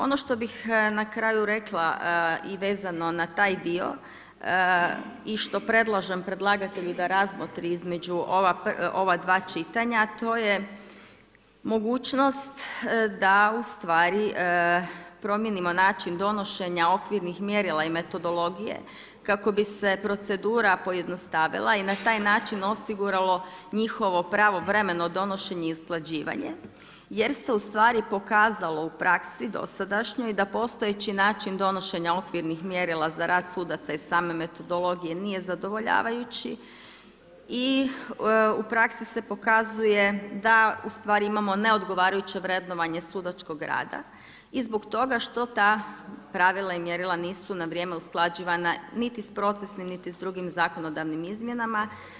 Ono što bih na kraju rekla i vezano na taj dio i što predlažem predlagatelju da razmotri između ova dva čitanja, a to je mogućnost da u stvari, promijenimo način donošenja okvirnih mjerila i metodologije kako bi se procedura pojednostavila i na taj način osiguralo njihovo pravovremeno donošenje i usklađivanje jer se u stvari pokazalo u praksi dosadašnjoj da postojeći način donošenja okvirnih mjerila za rad sudaca i same metodologije nije zadovoljavajući i u praksi se pokazuje da u stvari, imamo neodgovarajuće vrednovanje sudačkog rada i zbog toga što ta pravila i mjerila nisu na vrijeme usklađivana niti s procesnim niti sa drugim zakonodavnim izmjenama.